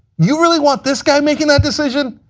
you really want this guy making that decision?